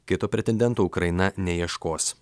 kito pretendento ukraina neieškos